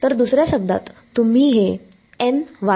तर दुसऱ्या शब्दांत तुम्ही हे वाढवा बरोबर